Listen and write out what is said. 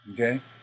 okay